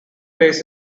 base